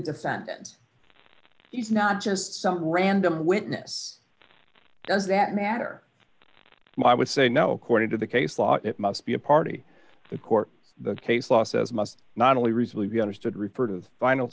defendant he's not just some random witness does that matter i would say no courting to the case law it must be a party the court case law says must not only recently be understood referred of final